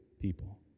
people